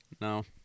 No